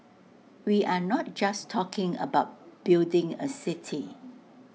we are not just talking about building A city